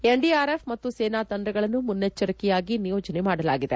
NDRF ಮತ್ತು ಸೇನಾ ತಂಡಗಳನ್ನು ಮುನ್ನೆಚ್ವರಿಕಾ ಕ್ರಮವಾಗಿ ನಿಯೋಜನೆ ಮಾಡಲಾಗಿದೆ